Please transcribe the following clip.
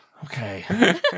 Okay